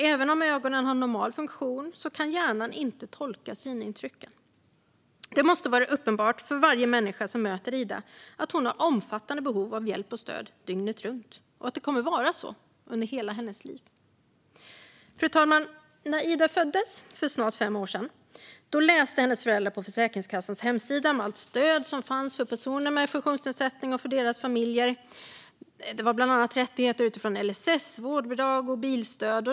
Även om ögonen har normal funktion kan hjärnan inte tolka synintrycken. Det måste vara uppenbart för varje människa som möter Ida att hon har omfattande behov av hjälp och stöd dygnet runt och att det kommer vara så under hela hennes liv. Fru talman! När Ida föddes för snart fem år sedan läste hennes föräldrar på Försäkringskassans hemsida om allt stöd som fanns för personer med funktionsnedsättning och för deras familjer. Det var bland annat rättigheter utifrån LSS, vårdbidrag och bilstöd.